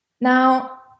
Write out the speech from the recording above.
Now